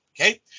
Okay